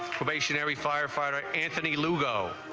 probationary firefighter anthony lugo.